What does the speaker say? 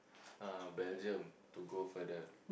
uh Belgium to go further